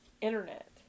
Internet